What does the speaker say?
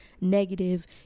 negative